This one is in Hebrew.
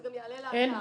זה גם יעלה לאתר,